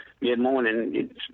mid-morning